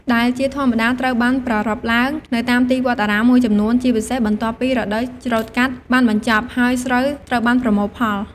ដែលជាធម្មតាត្រូវបានប្រារព្ធឡើងនៅតាមទីវត្តអារាមមួយចំនួន ជាពិសេស បន្ទាប់ពីរដូវច្រូតកាត់បានបញ្ចប់ ហើយស្រូវត្រូវបានប្រមូលផល។